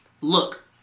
look